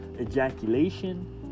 ejaculation